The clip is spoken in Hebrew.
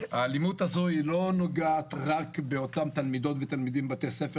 האלימות הזאת לא נוגעת רק באותם תלמידים ותלמידות בבתי ספר